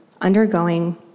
undergoing